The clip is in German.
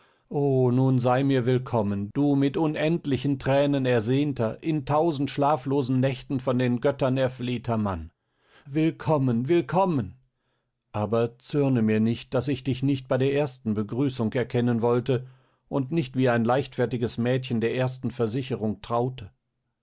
nun sei mir willkommen du mit unendlichen thränen ersehnter in tausend schlaflosen nächten von den göttern erflehter mann willkommen willkommen aber zürne mir nicht daß ich dich nicht bei der ersten begrüßung erkennen wollte und nicht wie ein leichtfertiges mädchen der ersten versicherung traute